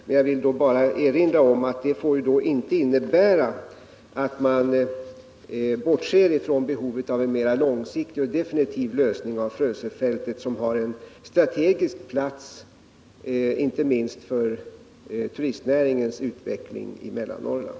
Men jag vill erinra om att det inte får innebära att man då bortser från behovet av en mera långsiktig och definitiv lösning av investeringsfrågorna vid Frösöfältet, vilket har en strategisk placering, inte minst för turistnäringens utveckling i Mellannorrland.